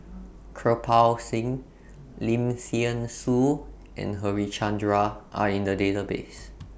Kirpal Singh Lim Thean Soo and Harichandra Are in The Database